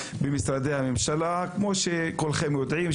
כפי שכולכם יודעים,